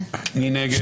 מי נגד?